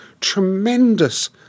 tremendous